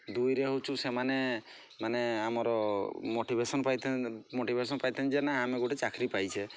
ଦୁଇରେ ହେଉଛି ସେମାନେ ଆମର ମୋଟିଭେଶନ୍ ପାଇଥାନ୍ତେ ମୋଟିଭେଶନ୍ ପାଇଥାନ୍ତେ ନା ଆମେ ଗୋଟେ ଚିକିରୀ ପାଇଛେ